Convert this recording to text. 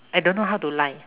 I don't know how to lie